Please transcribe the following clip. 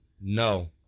No